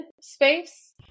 space